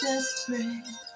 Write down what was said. desperate